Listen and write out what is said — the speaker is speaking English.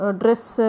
dress